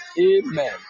Amen